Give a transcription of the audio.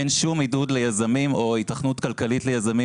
אין שום עידוד או התכנות כלכלית ליזמים,